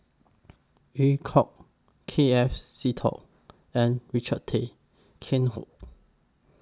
EU Kong K F Seetoh and Richard Tay Tian Hoe